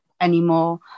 anymore